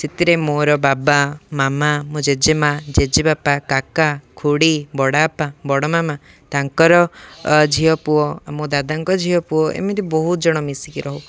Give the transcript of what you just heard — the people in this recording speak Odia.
ସେଥିରେ ମୋର ବାବା ମାମା ମୋ ଜେଜେ ମା' ଜେଜେ ବାପା କାକା ଖୁଡ଼ି ବଡ଼ ବାପା ବଡ଼ ମାମା ତାଙ୍କର ଝିଅ ପୁଅଉ ମୋ ଦାଦାଙ୍କ ଝିଅ ପୁଅ ଏମିତି ବହୁତ ଜଣ ମିଶିକି ରହୁ